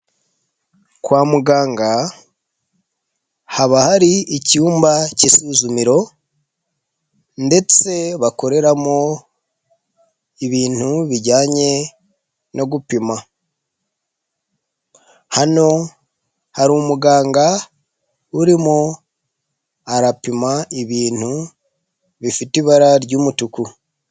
Kwa muganga haba hari icyumba cy'isuzumi ndetse bakoreramo ibintu bijyanye no gupima hano hari umuganga urimo arapima ibintu bifite ibara ry'umutuku.